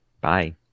bye